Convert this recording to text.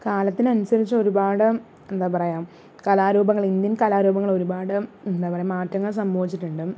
കാലത്തിനനുസരിച്ച് ഒരുപാട് എന്താ പറയുക കലാരൂപങ്ങൾ ഇന്ത്യൻ കലാരൂപങ്ങൾ ഒരുപാട് എന്താ പറയുക മാറ്റങ്ങൾ സംഭവിച്ചിട്ടുണ്ട്